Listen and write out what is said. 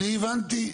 אני הבנתי.